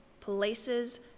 places